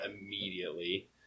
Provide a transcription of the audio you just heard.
immediately